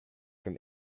from